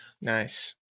Nice